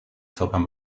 تاپم